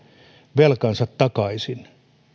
velkansa takaisin